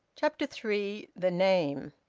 chapter three. the name.